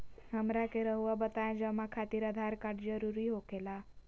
हमरा के रहुआ बताएं जमा खातिर आधार कार्ड जरूरी हो खेला?